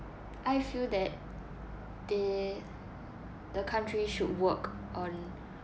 I feel that they the countries should work on